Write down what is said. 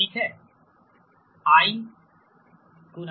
Percentage voltage regulationI